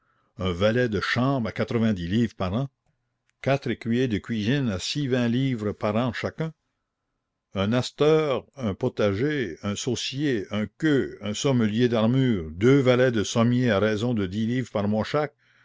un valet de chambre à quatre-vingt-dix livres par an quatre écuyers de cuisine à six vingts livres par an chacun un hasteur un potager un saussier un queux un sommelier d'armures deux valets de sommiers à raison de dix livres par mois chaque